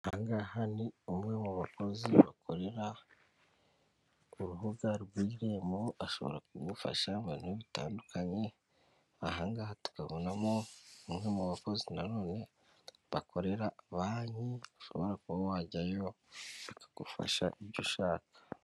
Aha ngaha ni umwe mu bakozi bakorera urubuga rw'irembo ashobora kugufasha mu bintu bitandukanye, aha ngaha tukabonamo umwe mu bakozi na none bakorera banki ushobora kuba wajyayo akagufasha ibyo ushaka.